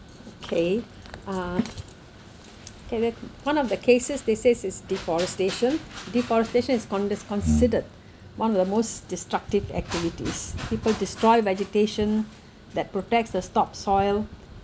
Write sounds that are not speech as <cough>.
okay uh and then one of the cases they says is deforestation deforestation is conde~ considered <breath> one of the most destructive activities people destroy vegetation that protects the stopped soil